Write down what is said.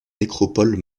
nécropole